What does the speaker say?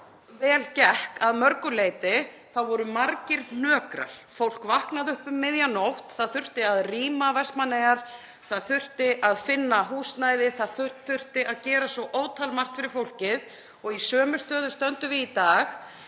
vel gekk þar að mörgu leyti þá voru margir hnökrar. Fólk vaknaði upp um miðja nótt, það þurfti að rýma Vestmannaeyjar, það þurfti að finna húsnæði, það þurfti að gera svo ótal margt fyrir fólkið og í sömu stöðu stöndum við í dag.